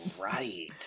right